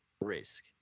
risk